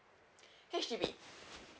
H_D_B